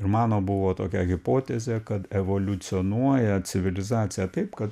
ir mano buvo tokia hipotezė kad evoliucionuoja civilizacija taip kad